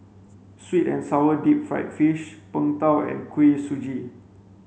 sweet and sour deep fried fish png tao and kuih suji